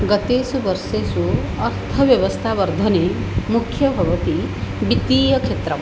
गतेषु वर्षेषु अर्थव्यवस्थावर्धने मुख्यं भवति वित्तीयक्षेत्रम्